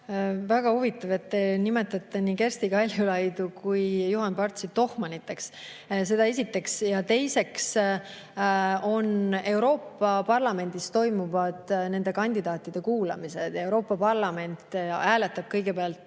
Väga huvitav, et te nimetate nii Kersti Kaljulaidu kui ka Juhan Partsi tohmaniteks. Seda esiteks. Teiseks, Euroopa Parlamendis toimuvad nende kandidaatide kuulamised. Euroopa Parlament hääletab kõigepealt